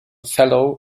fellow